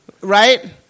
Right